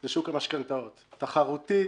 זה שוק המשכנתאות תחרותי,